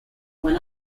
when